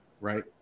Right